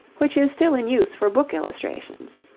which is still in use for book illustrations.